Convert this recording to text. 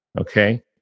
Okay